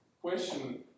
question